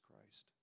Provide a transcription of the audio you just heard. Christ